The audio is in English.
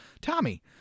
Tommy